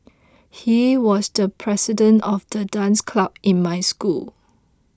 he was the president of the dance club in my school